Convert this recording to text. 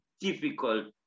difficult